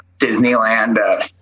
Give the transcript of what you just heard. Disneyland